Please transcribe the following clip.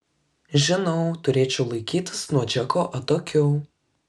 žinau turėčiau laikytis nuo džeko atokiau